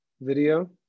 Video